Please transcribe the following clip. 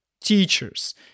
teachers